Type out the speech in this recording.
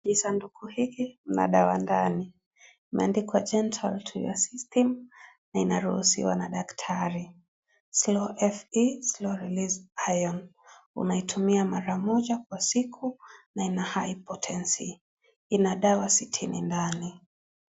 Kisanduku hiki kina dawa ndani. Imeandikwa gentle to your system na inaruhusiwa na daktari. Slow Fe slow release iron . Unaitumia mara moja kwa siku na ina high potensy . Ina dawa sitini ndani.